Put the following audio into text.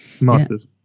masters